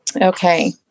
Okay